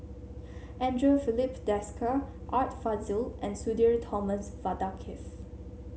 Andre Filipe Desker Art Fazil and Sudhir Thomas Vadaketh